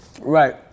Right